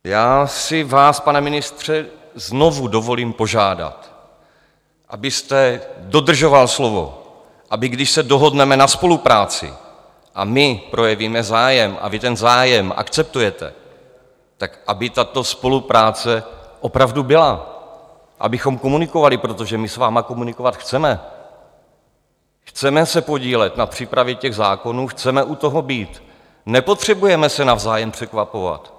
Já si vás, pane ministře, znovu dovolím požádat, abyste dodržoval slovo, aby, když se dohodneme na spolupráci, my projevíme zájem a vy ten zájem akceptujete, tak aby tato spolupráce opravdu byla, abychom komunikovali, protože my s vámi komunikovat chceme, chceme se podílet na přípravě zákonů, chceme u toho být, nepotřebujeme se navzájem překvapovat.